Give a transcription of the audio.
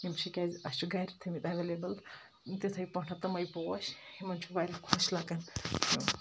یِم چھِ کیازِ اَسہِ چھِ گَرِ تھٲمٕتۍ ایویلیبٕل تِتھٕے پٲٹھۍ تٕمَے پوش یِمن چھُ واریاہ خۄش لَگَان